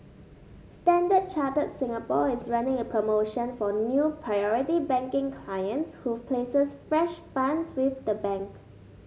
Standard Chartered Singapore is running a promotion for new Priority Banking clients who places fresh funds with the bank